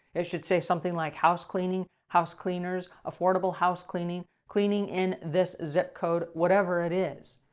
it should say something like housecleaning, house cleaners, affordable housecleaning, cleaning in this zip code, whatever it is.